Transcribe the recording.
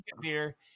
beer